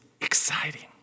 exciting